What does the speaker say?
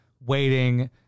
waiting